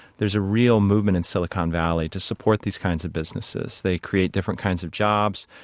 there's a real movement in silicon valley to support these kinds of businesses. they create different kinds of jobs,